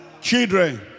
children